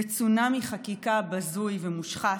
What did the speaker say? בצונאמי חקיקה בזוי ומושחת,